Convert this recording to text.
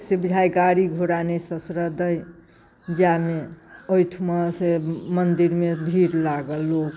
से बुझाइए गाड़ी घोड़ा नहि ससरऽ दै जाइमे ओहिठाम मन्दिरमे भीड़ लागल लोक